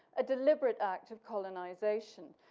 a deliberate act of colonization.